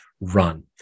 run